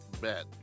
Bet